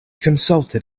consulted